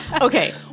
Okay